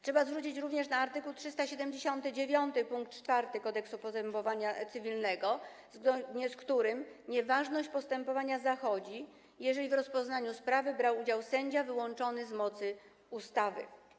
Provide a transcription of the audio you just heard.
Trzeba zwrócić również uwagę na art. 379 pkt 4 Kodeksu postępowania cywilnego, zgodnie z którym nieważność postępowania zachodzi, jeżeli w rozpoznaniu sprawy brał udział sędzia wyłączony z mocy ustawy.